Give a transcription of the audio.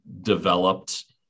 developed